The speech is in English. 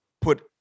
put